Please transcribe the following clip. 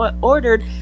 ordered